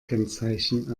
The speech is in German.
kennzeichen